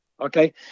okay